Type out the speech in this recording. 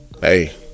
hey